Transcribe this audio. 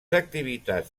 activitats